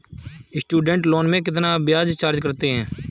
Student loan में कितना ब्याज चार्ज करते हैं?